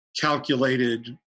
calculated